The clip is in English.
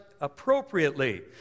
appropriately